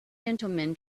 gentlemen